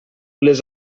les